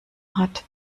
hat